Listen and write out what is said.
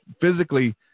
physically